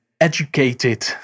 educated